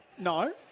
No